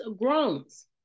groans